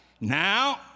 Now